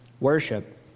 worship